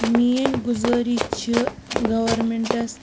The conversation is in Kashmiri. میٲنۍ گُزارِش چھِ گورمینٹس